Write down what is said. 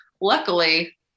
luckily